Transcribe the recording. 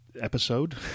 episode